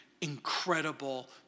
incredible